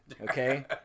Okay